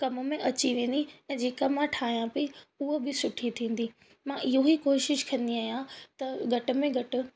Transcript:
कम में अची वेंदी ऐं जेका मां ठाहियां पई उहा बि सुठी थींदी मां इहो ई कोशिश कंदी आहियां त घटि में घटि